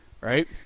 Right